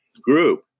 group